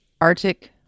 Arctic